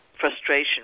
frustration